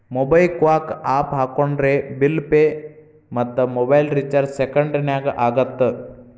MobiKwik app ಹಾಕೊಂಡ್ರೆ bill pay ಮತ್ತ mobile recharge ಸೆಕೆಂಡನ್ಯಾಗ ಆಗತ್ತ